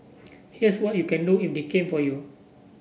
here's what you can do if they came for you